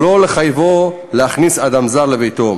לא לחייבו להכניס אדם זר לביתו.